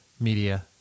Media